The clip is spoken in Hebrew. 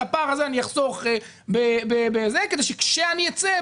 ואת הפער הזה אני אחסוך כך שכאשר אני אצא,